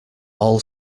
all